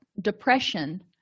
depression